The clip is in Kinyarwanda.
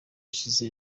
ashize